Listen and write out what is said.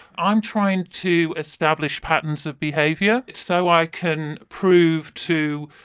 i'm trying to establish patterns of behaviour so i can prove to,